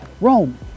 Rome